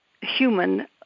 human